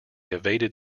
evaded